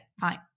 fine